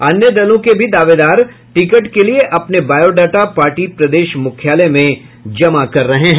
अन्य दलों के भी दावेदार टिकट के लिये अपने बायोडाटा पार्टी प्रदेश मुख्यालयों में जमा कर रहे हैं